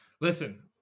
Listen